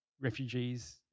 refugees